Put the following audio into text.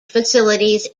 facilities